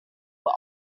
were